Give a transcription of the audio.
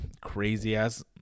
crazy-ass